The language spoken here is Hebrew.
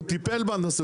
הוא טיפל בנושא,